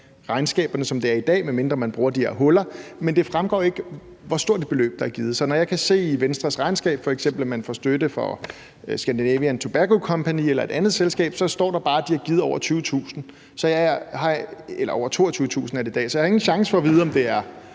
regnskaberne, medmindre man bruger de her huller, men at det jo ikke fremgår, hvor stort et beløb der er givet. Så når jeg f.eks. kan se i Venstres regnskab, at man får støtte fra Scandinavian Tobacco Group eller et andet selskab, så står der bare, at de har givet over 22.000 kr., som det er i dag. Så jeg har ingen chance for at vide, om det er